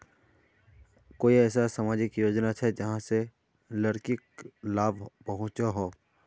कोई ऐसा सामाजिक योजना छे जाहां से लड़किक लाभ पहुँचो हो?